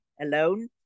alone